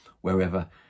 wherever